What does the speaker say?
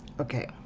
Okay